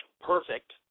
perfect